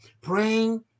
praying